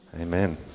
Amen